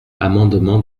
amendement